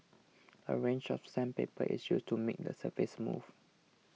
a range of sandpaper is used to make the surface smooth